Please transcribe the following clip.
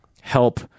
help